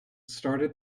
started